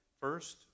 first